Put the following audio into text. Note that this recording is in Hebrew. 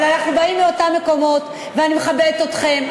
אבל אנחנו באים מאותם מקומות, ואני מכבדת אתכם.